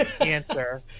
answer